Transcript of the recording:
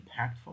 impactful